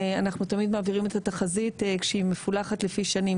אנחנו תמיד מעבירים את התחזית כשהיא מפולחת לפי שנים,